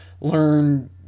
learn